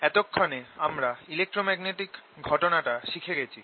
এতক্ষণে আমরা ইলেক্ট্রোম্যাগনেটিক ঘটনা টা শিখে গেছি